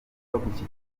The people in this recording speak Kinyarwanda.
bakagombye